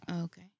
Okay